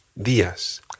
días